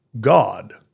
God